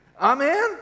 Amen